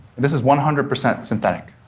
this is one hundred percent synthetic.